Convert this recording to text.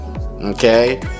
Okay